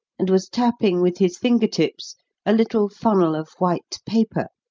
and was tapping with his finger-tips a little funnel of white paper,